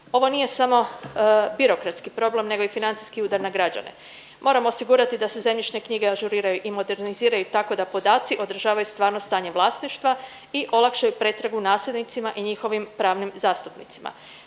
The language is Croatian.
Ovo nije samo birokratski problem nego i financijski udar na građane. Moramo osigurati da se zemljišne knjige ažuriraju i moderniziraju tako da podaci odražavaju stvarno stanje vlasništva i olakšaju pretragu nasljednicima i njihovim pravnim zastupnicima.